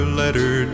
letter